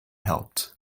helped